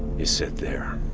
you sit there.